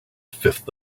fifth